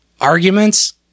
arguments